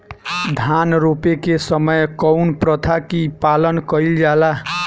धान रोपे के समय कउन प्रथा की पालन कइल जाला?